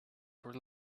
for